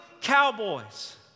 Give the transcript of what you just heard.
cowboys